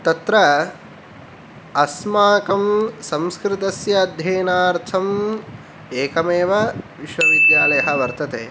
तत्र अस्माकं संस्कृतस्य अध्ययनार्थम् एकमेव विश्वविद्यालयः वर्तते